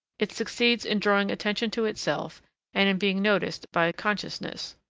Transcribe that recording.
it succeeds in drawing attention to itself and in being noticed by consciousness.